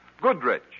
Goodrich